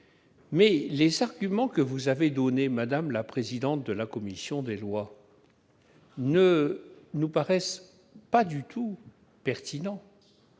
Les arguments que vous avez donnés, madame la vice-présidente de la commission des lois, ne nous paraissent absolument pas pertinents.